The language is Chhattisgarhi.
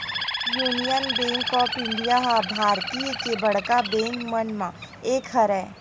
युनियन बेंक ऑफ इंडिया ह भारतीय के बड़का बेंक मन म एक हरय